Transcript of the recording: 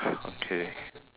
okay